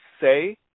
say